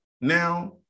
now